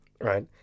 right